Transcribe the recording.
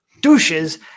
douches